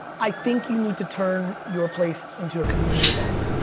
i think, you need to turn your place into a community event.